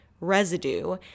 residue